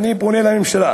אני פונה לממשלה,